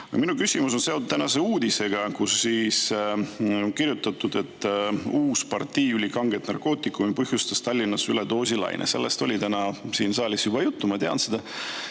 Minu küsimus on seotud tänase uudisega, kus on kirjutatud, et uus partii ülikanget narkootikumi põhjustas Tallinnas üledoosilaine. Sellest oli täna siin saalis juba juttu, ma tean.